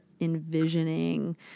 envisioning